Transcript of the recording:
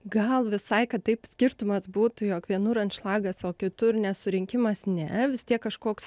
gal visai kad taip skirtumas būtų jog vienur anšlagas o kitur nesurinkimas ne vis tiek kažkoks